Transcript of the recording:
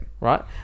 right